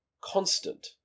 constant